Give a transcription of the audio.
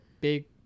big